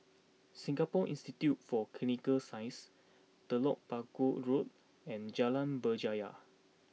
Singapore Institute for Clinical Sciences Telok Paku Road and Jalan Berjaya